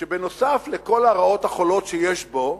שנוסף על כל הרעות החולות שיש בו,